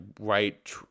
right